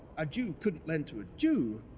a jew couidn't iend to a jew,